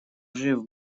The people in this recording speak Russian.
жив